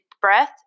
breath